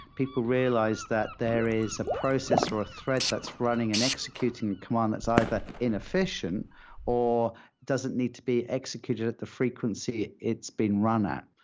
people realize that there is a process or a threat that's running and executing a command that's either inefficient or doesn't need to be executed at the frequency it's been run at.